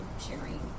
sharing